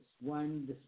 One